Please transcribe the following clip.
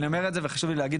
חשוב לי להגיד,